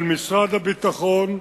של משרד הביטחון,